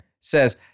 says